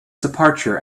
departure